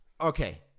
Okay